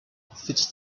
fits